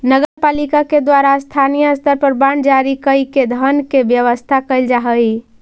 नगर पालिका के द्वारा स्थानीय स्तर पर बांड जारी कईके धन के व्यवस्था कैल जा हई